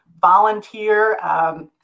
volunteer